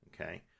Okay